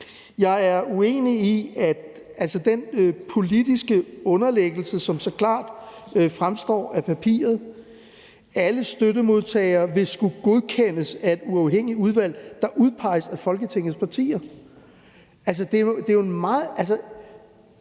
Jeg er uenig i den politiske underlæggelse, som så klart fremgår af papiret: »... alle støttemodtagere vil skulle godkendes af et uafhængigt udvalg, der udpeges af Folketingets partier«. Vi tager den lige